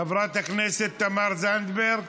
חברת הכנסת תמר זנדברג,